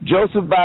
Joseph